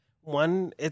one